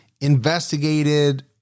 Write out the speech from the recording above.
investigated